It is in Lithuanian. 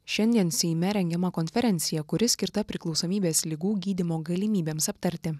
šiandien seime rengiama konferencija kuri skirta priklausomybės ligų gydymo galimybėms aptarti